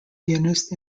pianist